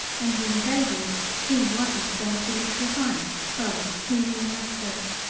and when they went he wasn't going to be left behind, so he re-enlisted.